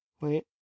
Wait